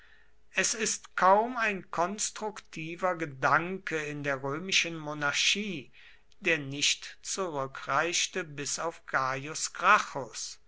es ist kaum ein konstruktiver gedanke in der römischen monarchie der nicht zurückreichte bis auf